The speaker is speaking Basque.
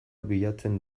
bilatzen